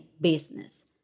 business